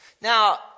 Now